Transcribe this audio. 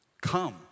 Come